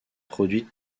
produites